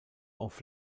auf